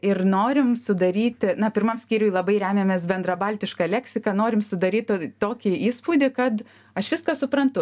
ir norim sudaryti na pirmam skyriuj labai remiamės bendrabaltiška leksika norim sudaryt tokį įspūdį kad aš viską suprantu